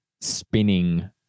Spinning